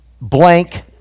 blank